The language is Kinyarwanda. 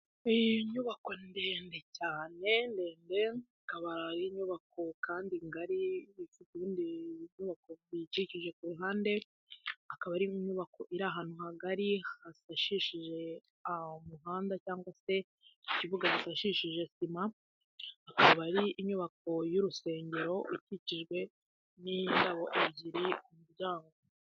Inyubako ni ndende cyane, ikaba ari inyubako kandi ngari ifite ibindi binyubako biyikikije ku ruhande, akaba ari inyubako iri ahantu hagari hasashishije umuhanda cyangwa se ikibuga cyifashishije sima, akaba ari inyubako y'urusengero ikikijwe n'indabo ebyiri ku muryango.